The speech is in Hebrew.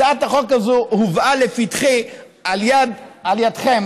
הצעת החוק הזאת הובאה לפתחי על ידיכם,